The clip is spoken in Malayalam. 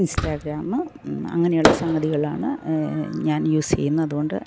ഇൻസ്റ്റഗ്രാമ് അങ്ങനെയുള്ള സംഗതികളാണ് ഞാൻ യൂസ് ചെയ്യുന്നത് അതുകൊണ്ട്